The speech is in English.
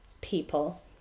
people